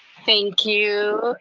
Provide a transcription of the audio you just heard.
thank you,